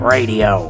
Radio